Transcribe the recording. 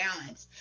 balance